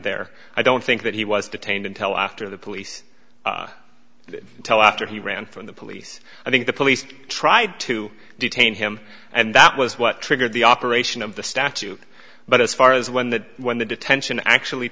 there i don't think that he was detained until after the police tell after he ran from the police i think the police tried to detain him and that was what triggered the operation of the statute but as far as when that when the detention actually